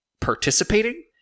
participating